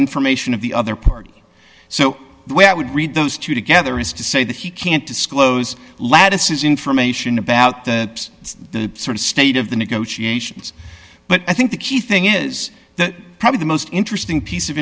information of the other party so the way i would read those two together is to say that you can't disclose lattices information about the sort of state of the negotiations but i think the key thing is that probably the most interesting piece of